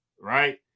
Right